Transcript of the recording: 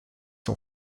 son